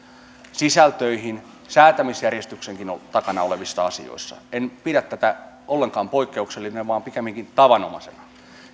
sisältöihin säätämisjärjestyksenkin takana olevissa asioissa en pidä tätä ollenkaan poikkeuksellisena vaan pikemminkin tavanomaisena